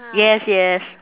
yes yes